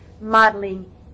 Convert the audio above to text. modeling